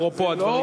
אפרופו הדברים שלך.